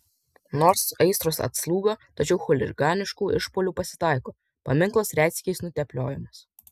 nors aistros atslūgo tačiau chuliganiškų išpuolių pasitaiko paminklas retsykiais nutepliojamas